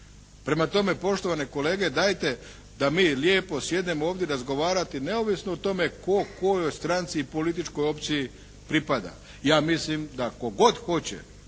Prema tome, poštovane kolege dajte da mi lijepo sjednemo ovdje razgovarati neovisno o tome tko kojoj stranci i političkoj opciji pripada. Ja mislim da tko god hoće